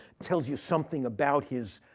tells you something about his